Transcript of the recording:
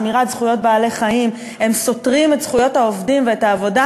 שמירת זכויות בעלי-חיים סותרת את זכויות העובדים ואת העבודה,